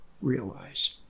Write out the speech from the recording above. realize